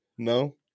No